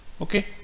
okay